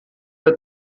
der